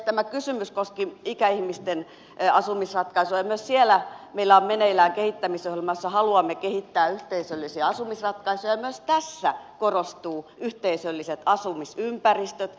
tämä kysymys koski ikäihmisten asumisratkaisuja ja myös siellä meillä on meneillään kehittämisohjelma jossa haluamme kehittää yhteisöllisiä asumisratkaisuja ja myös tässä korostuvat yhteisölliset asumisympäristöt